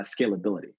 scalability